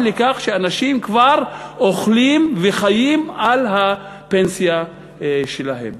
לכך שאנשים כבר אוכלים וחיים על הפנסיה שלהם,